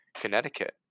Connecticut